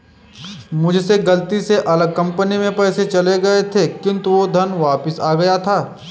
मुझसे गलती से अलग कंपनी में पैसे चले गए थे किन्तु वो धन वापिस आ गया था